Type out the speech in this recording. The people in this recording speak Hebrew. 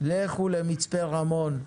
למצפה רמון,